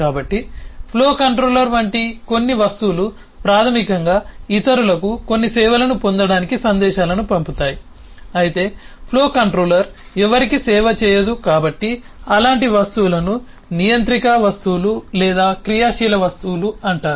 కాబట్టి flow controller వంటి కొన్ని వస్తువులు ప్రాథమికంగా ఇతరులకు కొన్ని సేవలను పొందడానికి సందేశాలను పంపుతాయి అయితే ఫ్లో కంట్రోలర్ ఎవరికీ సేవ చేయదు కాబట్టి అలాంటి వస్తువులను నియంత్రిక వస్తువులు లేదా క్రియాశీల వస్తువులు అంటారు